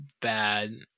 bad